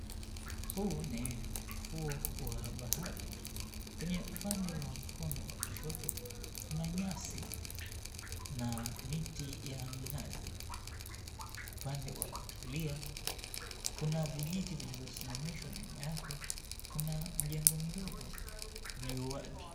Huu ni ufuo wa bahari. Kwenye upande wa mkono wa kushoto kuna nyasi na miti ya minazi. Upande wa kulia kuna vijiti vilivyosimamishwa na nyuma yake kuna mjengo mdogo ulio wazi.